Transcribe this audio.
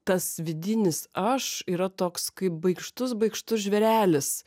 tas vidinis aš yra toks kaip baikštus baikštus žvėrelis